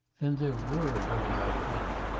then there were women like that!